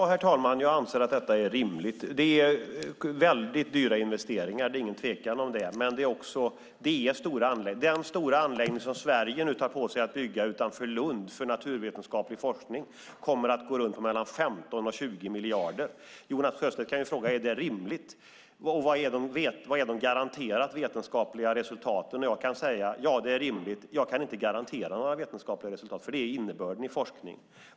Herr talman! Ja, jag anser att detta är rimligt. Det är väldigt dyra investeringar, det är ingen tvekan om det, men den stora anläggning för naturvetenskaplig forskning som Sverige nu tar på sig att bygga utanför Lund kommer att gå på 15-20 miljarder. Jonas Sjöstedt kan ju fråga om det är rimligt och vad som är de garanterade vetenskapliga resultaten. Jag kan säga: Ja, det är rimligt, men jag kan inte garantera några vetenskapliga resultat. Det är nämligen innebörden i forskning.